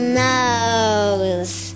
nose